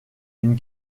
une